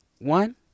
one